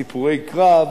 סיפורי קרב,